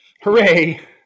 Hooray